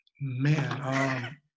man